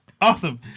Awesome